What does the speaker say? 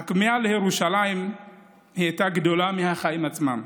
הכמיהה לירושלים הייתה גדולה מהחיים עצמם.